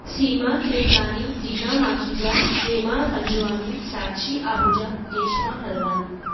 Seema Kriplani Reena Makhija Hema Panjwani Sakshi Ahuja Reshma Harwani